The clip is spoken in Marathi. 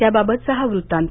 त्याबाबतचा हा वृत्तांत